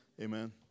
Amen